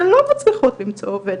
שלא מצליחות למצוא עובדת.